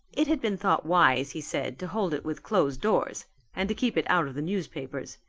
it had been thought wise, he said, to hold it with closed doors and to keep it out of the newspapers.